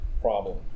problem